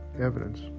evidence